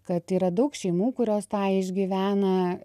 kad yra daug šeimų kurios tą išgyvena